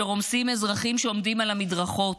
שרומסים אזרחים שעומדים על המדרכות.